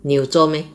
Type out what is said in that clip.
你有做 meh